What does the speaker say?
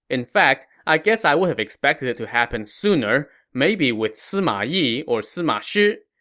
in fact, i guess i would have expected it to happen sooner, maybe with sima yi or sima shi.